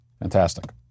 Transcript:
Fantastic